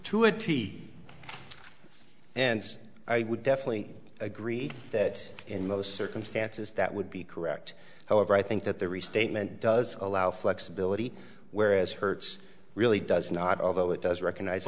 to a t and i would definitely agree that in those circumstances that would be correct however i think that there restatement does allow flexibility whereas hertz really does not although it does recognize